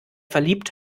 verliebt